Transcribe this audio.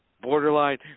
Borderline